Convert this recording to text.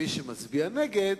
מי שמצביע נגד,